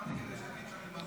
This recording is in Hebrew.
אני פה.